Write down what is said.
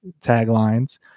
taglines